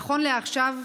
נכון לעכשיו,